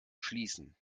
schließen